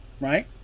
Right